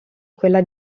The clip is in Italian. quella